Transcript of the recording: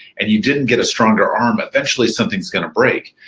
and you didn't get a stronger arm, eventually, something's gonna break.